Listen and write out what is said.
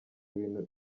ibintu